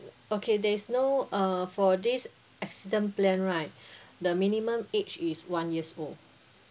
okay there is no uh for this accident plan right the minimum age is one years old